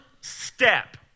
step